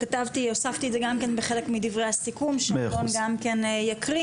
הוספתי את זה לדברי הסיכום, שאלון יקריא.